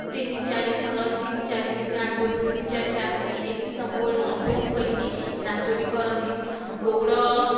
ତିନି ଚାରି ଥର ତିନି ଚାରି ଦିନ ଆଗରୁ ତିନି ଚାରି ରାତି ଏମିତି ସବୁବେଳେ ଅଭ୍ୟାସ କରିକି ନାଚ ବି କରନ୍ତି ଗଉଡ଼